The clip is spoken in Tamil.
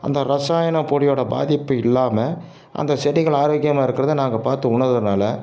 அந்த இரசாயனப்பொடியோட பாதிப்பு இல்லாம அந்த செடிகள் ஆரோக்கியமாக இருக்கறதை நாங்கள் பார்த்து உணர்றனால